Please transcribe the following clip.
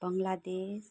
Bangladesh